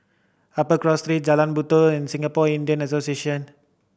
Upper Cross Street Jalan Batu and Singapore Indian Association